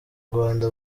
rwanda